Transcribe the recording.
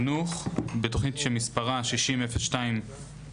חינוך, בתוכנית שמספרה 600210,